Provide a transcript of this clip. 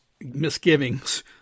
misgivings